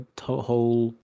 whole